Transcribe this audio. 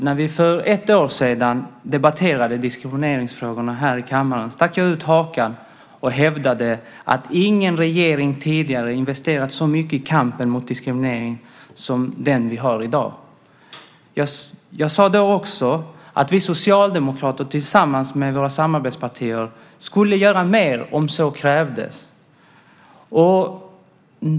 När vi för ett år sedan debatterade diskrimineringsfrågorna här i kammaren stack jag ut hakan och hävdade att ingen regering tidigare investerat så mycket i kampen mot diskriminering som den vi har i dag. Jag sade då också att vi socialdemokrater tillsammans med våra samarbetspartier skulle göra mer om så krävdes.